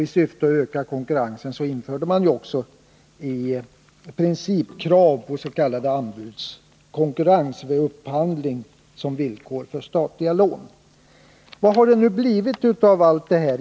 I syfte att öka konkurrensen införde man också i princip krav på s.k. anbudskonkurrens vid upphandling såsom villkor för statliga lån. Vad har det nu blivit av allt det här?